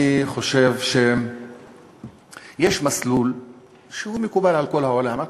אני חושב שיש מסלול שהוא מקובל על כל העולם,